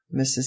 mrs